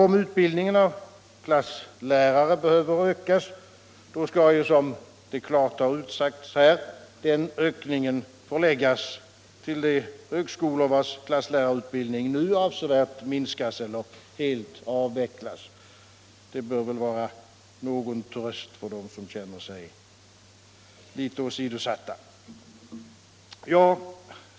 Om utbildningen av klasslärare behöver ökas skall, som här klart utsagts, den ökningen förläggas till de högskolor vilkas klasslärarutbildning nu avsevärt minskas eller helt avvecklas. Det bör väl vara någon tröst för dem som känner sig åsidosatta.